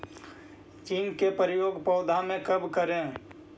Zinc के प्रयोग पौधा मे कब करे?